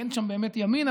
כי אין שם באמת ימין,